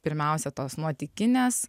pirmiausia tos nuotykinės